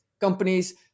Companies